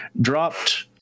dropped